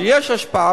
שיש השפעה,